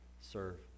serve